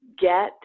get